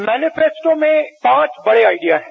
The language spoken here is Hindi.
मेनिफेस्टो में पांच बड़े आइडिया है